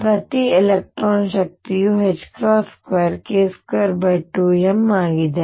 ಮತ್ತು ಪ್ರತಿ ಎಲೆಕ್ಟ್ರಾನ್ನ ಶಕ್ತಿಯು 2k22m ಆಗಿದೆ